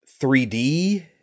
3D